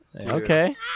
Okay